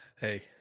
Hey